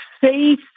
faith